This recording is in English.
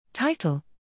Title